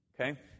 Okay